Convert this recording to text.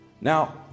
Now